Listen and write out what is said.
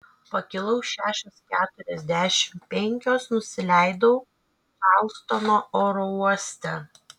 pakilau šešios keturiasdešimt penkios nusileidau čarlstono oro uoste